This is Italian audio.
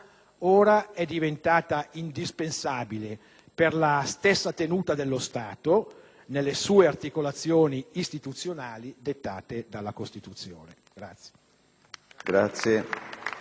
ora è diventata indispensabile per la stessa tenuta dello Stato nelle sue articolazioni istituzionali dettate dalla Costituzione.